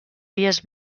dies